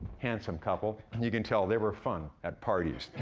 handsome couple. you can tell they were fun at parties.